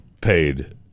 paid